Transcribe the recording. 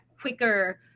quicker